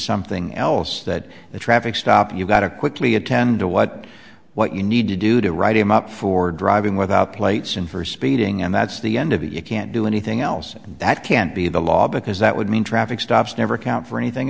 something else that the traffic stop you've got to quickly attend to what what you need to do to write him up for driving without plates and for speeding and that's the end of it you can't do anything else and that can't be the law because that would mean traffic stops never count for anything